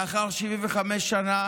לאחר 75 שנה,